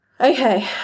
Okay